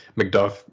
McDuff